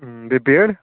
بیٚیہِ بٮ۪ڈ